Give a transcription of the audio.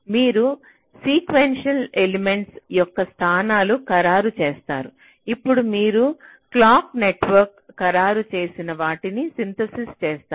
మీరు sequential elements యొక్క స్థానాలను ఖరారు చేస్తారు ఇప్పుడు మీరు క్లాక్ నెట్వర్క్లను ఖరారు చేసిన వాటిని సింథసిస్ చేస్తారు